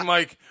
Mike